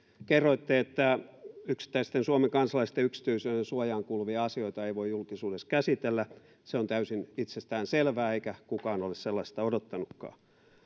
kerroitte että yksittäisten suomen kansalaisten yksityisyydensuojaan kuuluvia asioita ei voi julkisuudessa käsitellä se on täysin itsestäänselvää eikä kukaan ole sellaista odottanutkaan